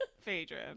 phaedra